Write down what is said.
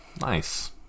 Nice